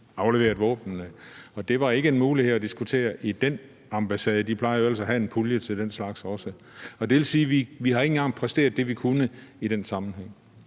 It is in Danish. afleveret våbnene. Det var ikke en mulighed at diskutere i den ambassade, de plejer jo ellers også at have en pulje til den slags. Det vil sige, at vi ikke har præsteret det, vi kunne i den sammenhæng.